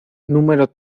número